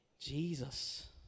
Jesus